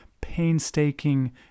painstaking